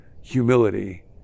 humility